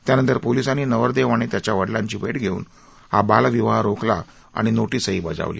त्यानंतर पोलिसांनी नवरदेव आणि त्याच्या वडिलांची भेट घेऊन हा बालविवाह रोखला आणि नोटीसही बजावली